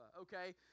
okay